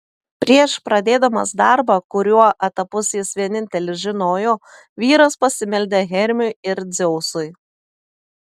prieš pradėdamas darbą kurio etapus jis vienintelis žinojo vyras pasimeldė hermiui ir dzeusui